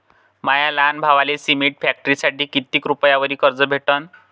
माया लहान भावाले सिमेंट फॅक्टरीसाठी कितीक रुपयावरी कर्ज भेटनं?